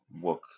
work